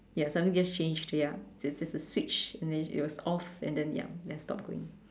ya something just changed ya just just a switch then it was off and then ya stop going